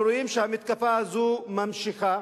אנו רואים שהמתקפה הזו ממשיכה,